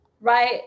right